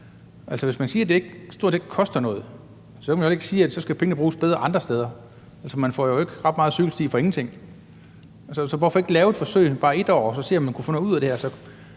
hvis man siger, at det stort set ikke koster noget, kan man jo heller ikke sige, at så skal pengene bruges bedre andre steder. Altså, man får jo ikke ret meget cykelsti for ingenting. Så hvorfor ikke lave et forsøg bare 1 år og så se, om man kunne få noget ud af det her?